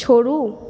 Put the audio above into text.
छोड़ू